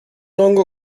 hongo